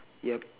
yup